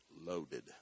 loaded